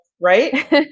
right